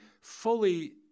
fully